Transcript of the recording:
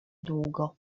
długo